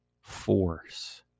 force